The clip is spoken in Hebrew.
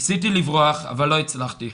ניסיתי לברוח, אבל לא הצלחתי.